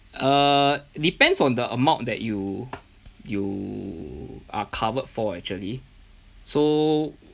err depends on the amount that you you are covered for actually so